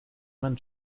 mein